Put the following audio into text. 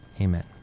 Amen